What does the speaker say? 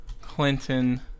Clinton